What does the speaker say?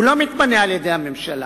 הוא לא מתמנה על-ידי הממשלה,